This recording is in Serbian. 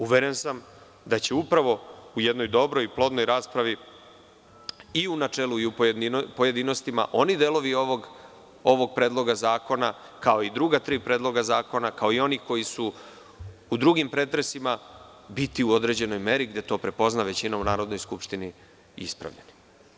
Uveren sam da će upravo u jednoj dobroj i plodnoj raspravi i u načelu i u pojedinostima oni delovi ovog predloga zakona, kao i druga tri predloga zakona, kao i oni koji su u drugim pretresima biti u određenoj meri, gde to prepozna većina u Narodnoj skupštini, ispravljeni.